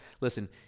Listen